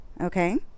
okay